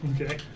Okay